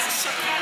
שקל